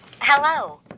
Hello